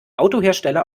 autohersteller